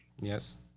Yes